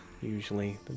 usually